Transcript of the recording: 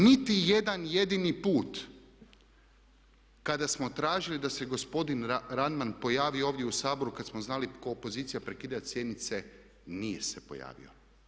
Niti jedan jedini put kada smo tražili da se gospodin Radman pojavi ovdje u Saboru, kada smo znali ko opozicija prekidati sjednice nije se pojavio.